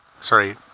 Sorry